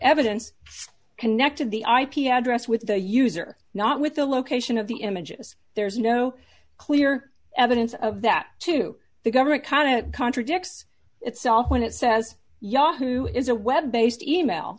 evidence connected the ip address with the user not with the location of the images there's no clear evidence of that to the government kind of contradicts itself when it says yahoo is a web based email